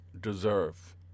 deserve